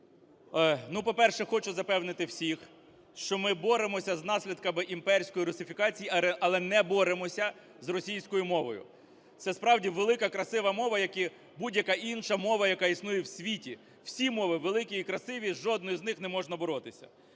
ну, по-перше, хочу запевнити всіх, що ми боремося з наслідками імперської русифікації, але не боремося з російською мовою. Це справді велика, красива мова, як і будь-яка інша мова, яка існує в світі. Всі мови великі і красиві, з жодною із них не можна боротися.